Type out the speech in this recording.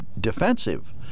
defensive